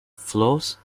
flows